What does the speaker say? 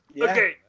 Okay